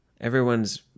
everyone's